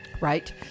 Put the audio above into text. right